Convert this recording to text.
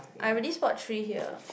I already spot three here